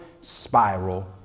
spiral